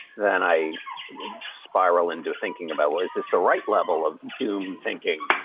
then i spiral into thinking about what is this, the right level of doom thinking?